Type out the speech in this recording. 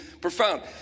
profound